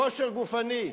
כושר גופני,